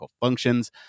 Functions